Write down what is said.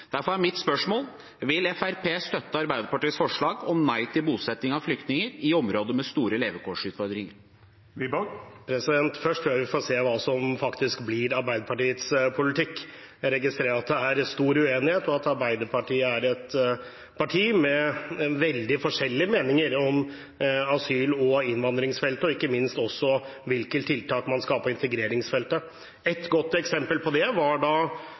Derfor er mitt spørsmål: Vil Fremskrittspartiet støtte Arbeiderpartiets forslag om å si nei til bosetting av flyktninger i områder med store levekårsutfordringer? Først tror jeg vi får se hva som faktisk blir Arbeiderpartiets politikk. Jeg registrerer at det er stor uenighet, og at Arbeiderpartiet er et parti med veldig forskjellige meninger om asyl- og innvandringsfeltet – ikke minst om hvilke tiltak man skal ha på integreringsfeltet. Et godt eksempel på det var da